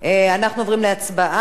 אנחנו עוברים להצבעה.